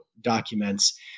documents